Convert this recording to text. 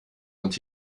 und